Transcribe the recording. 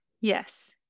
Yes